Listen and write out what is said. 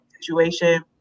situation